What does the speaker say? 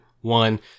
one